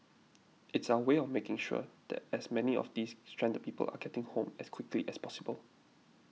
it's our way of making sure that as many of these stranded people are getting home as quickly as possible